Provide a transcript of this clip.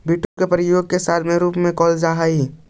beetroot के प्रयोग salad के रूप में कैल जा हइ